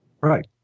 Right